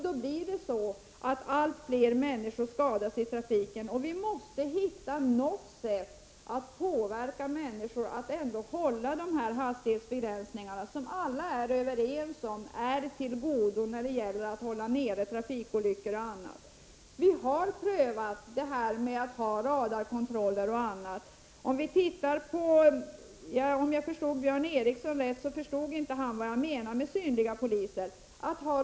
Då blir följden att allt fler människor skadas i trafiken, och vi måste hitta något sätt att påverka människor till att hålla de hastighetsbegränsningar som alla är överens om är av godo när det gäller att hålla nere trafikolyckorna. Vi har prövat radarkontroller och annat. Om jag uppfattade Björn Ericson rätt, förstod han inte vad jag menade med synliga poliser.